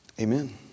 Amen